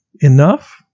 enough